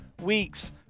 weeks